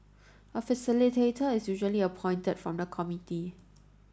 a facilitator is usually appointed from the committee